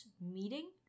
meeting